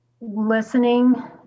listening